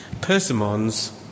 persimmons